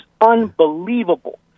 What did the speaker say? unbelievable